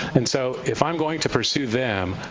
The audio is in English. and so if i'm going to pursue them,